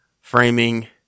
framing